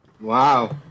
Wow